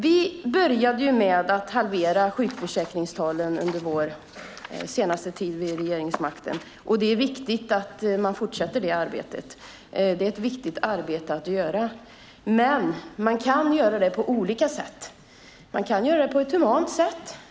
Vi började arbetet med att halvera sjukskrivningstalen under vår senaste regeringstid. Det arbetet måste fortsätta, för det är ett viktigt arbete att göra. Man kan dock göra det på olika sätt. Man kan göra det på ett humant sätt.